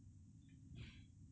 I think right